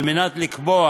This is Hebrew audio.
על מנת לקבוע